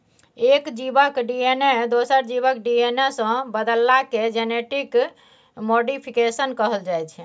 एक जीबक डी.एन.ए दोसर जीबक डी.एन.ए सँ बदलला केँ जेनेटिक मोडीफिकेशन कहल जाइ छै